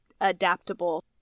adaptable